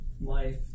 life